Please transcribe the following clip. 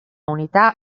unità